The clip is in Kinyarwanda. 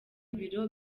ibiro